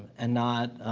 and not